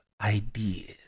ideas